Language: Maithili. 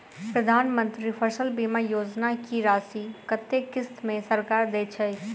प्रधानमंत्री फसल बीमा योजना की राशि कत्ते किस्त मे सरकार देय छै?